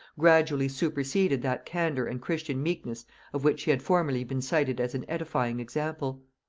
gradually superseded that candor and christian meekness of which he had formerly been cited as an edifying example.